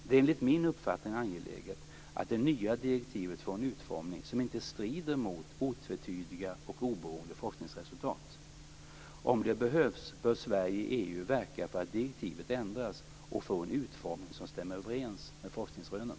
Det är enligt min uppfattning angeläget att det nya direktivet får en utformning som inte strider mot otvetydiga och oberoende forskningsresultat. Om det behövs bör Sverige i EU verka för att direktivet ändras och får en utformning som stämmer överens med forskningsrönen.